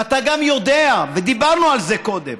ואתה גם יודע, ודיברנו על זה קודם,